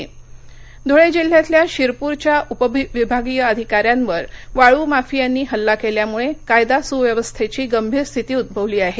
धुळे धुळे जिल्ह्यातल्या शिरपूरच्या उपविभागीय अधिकाऱ्यांवर वाळू माफियांनी हल्ला केल्यामुळे कायदा सुव्यवस्थेची गंभीर स्थिती उद्भवली आहे